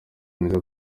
neza